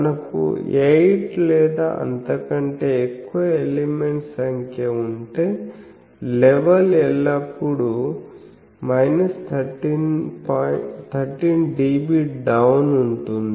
మనకు 8 లేదా అంతకంటే ఎక్కువ ఎలిమెంట్స్ సంఖ్య ఉంటే లెవెల్ ఎల్లప్పుడూ 13 dB డౌన్ ఉంటుంది